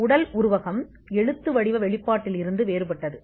இயற்பியல் உருவகம் எழுதப்பட்ட வெளிப்பாட்டிலிருந்து வேறுபட்டது